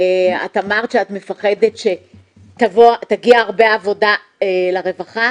את אמרת שאת מפחדת שתגיע הרבה עבודה לרווחה,